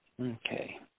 Okay